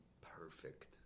perfect